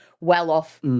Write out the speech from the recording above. well-off